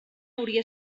hauria